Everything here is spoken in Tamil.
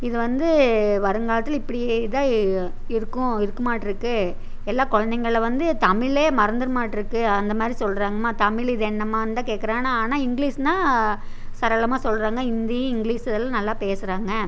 இது வந்து வருங்காலத்தில் இப்படி இதாக இருக்கும் இருக்குமாட்டுருக்கு எல்லா குழந்தைங்களாம் வந்து தமிழே மறந்துருமாட்டுருக்கு அந்தமாதிரி சொல்லுறாங்கம்மா தமிழ் இது என்னம்மா எந்த கேட்குறாங்க ஆனால் இங்லீஷ்னா சரளமான சொல்றாங்க இந்தி இங்லீஷு இதெம்லாம் நல்லா பேசுகிறாங்க